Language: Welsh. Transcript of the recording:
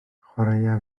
chwaraea